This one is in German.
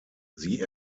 sie